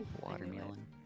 Watermelon